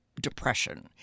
depression